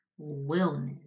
wellness